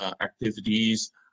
activities